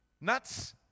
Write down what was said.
nuts